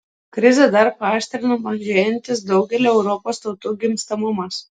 krizę dar paaštrina mažėjantis daugelio europos tautų gimstamumas